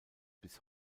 bis